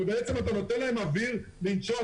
ובעצם אתה נותן ל הם אוויר לנשום.